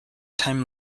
time